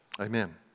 Amen